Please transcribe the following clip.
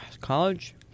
College